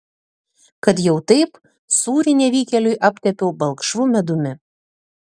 kad jau taip sūrį nevykėliui aptepiau balkšvu medumi